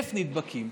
1,000 נדבקים,